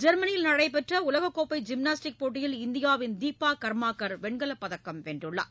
ஜெர்மனியில் நடைபெற்ற உலகக்கோப்பை ஜிம்னாஸ்டிக் போட்டியில் இந்தியாவின் தீபா கர்மாக்கர் வெண்கலப்பதக்கம் வென்றுள்ளார்